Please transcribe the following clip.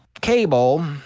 cable